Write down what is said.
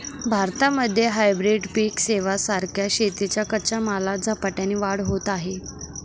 भारतामध्ये हायब्रीड पिक सेवां सारख्या शेतीच्या कच्च्या मालात झपाट्याने वाढ होत आहे